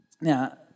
Now